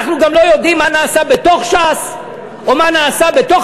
אנחנו גם לא יודעים מה נעשה בתוך ש"ס או מה נעשה בתוך